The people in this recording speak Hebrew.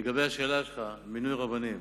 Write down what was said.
לגבי השאלה שלך על מינוי רבנים,